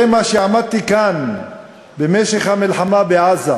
זה מה שאמרתי כאן במשך המלחמה בעזה,